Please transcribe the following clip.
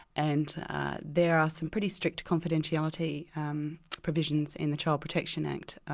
and there are some pretty strict confidentiality um provisions in the child protection act.